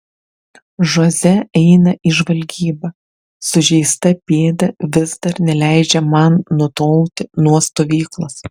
žoze eina į žvalgybą sužeista pėda vis dar neleidžia man nutolti nuo stovyklos